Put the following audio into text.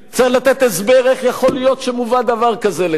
צריך לתת הסבר איך יכול להיות שמובא דבר כזה לכאן.